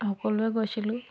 সকলোৱে গৈছিলোঁ